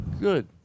good